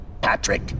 Patrick